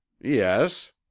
Yes